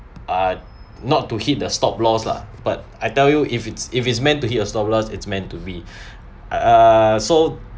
uh not to hit the stop loss lah but I tell you if it's if it's meant to hit a stop loss it's meant to be err so